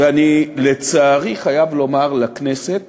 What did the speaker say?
ואני, לצערי, חייב לומר לכנסת